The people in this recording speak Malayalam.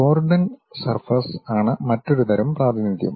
ഗോർഡൻ സർഫസ് ആണ് മറ്റൊരു തരം പ്രാതിനിധ്യം